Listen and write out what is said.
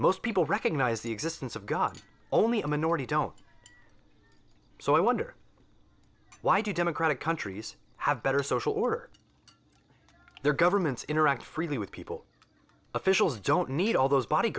most people recognize the existence of god only a minority don't so i wonder why do democratic countries have better social order their governments interact freely with people officials don't need all those